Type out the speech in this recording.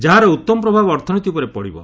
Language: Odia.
ଯାହାର ଉତ୍ତମ ପ୍ରଭାବ ଅର୍ଥନୀତି ଉପରେ ପଡ଼ିବ